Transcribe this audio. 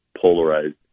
polarized